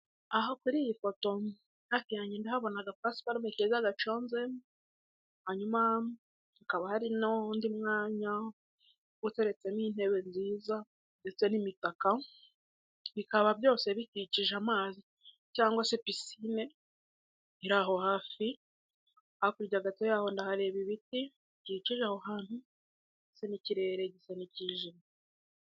Aha kuri iyi foto hafi yange ndahabona aga pasiparume keza gacoze hanyuma hakaba hari n'undi mwanya uteretsemo intebe nziza ndetse n'imitaka bikaba byose bikikije amazi cyangwa se pisine iri aho hafi hakurya gato yaho ndahareba ibiti bikikije aho hantu ndetse n'ikirere gisa n'ikijimye.